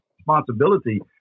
responsibility